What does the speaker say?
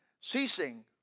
Ceasing